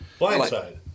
Blindside